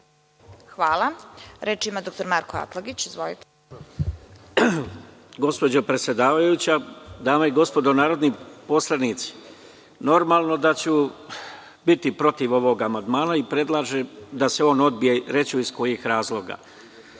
Hvala. Reč ima dr Marko Atlagić. Izvolite. **Marko Atlagić** Gospođo predsedavajuća, dame i gospodo narodni poslanici, normalno da ću biti protiv ovog amandmana i predlažem da se on odbije, reći ću iz kojih razloga.U